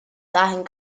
dahin